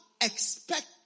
expect